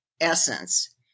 essence